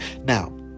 Now